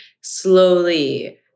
slowly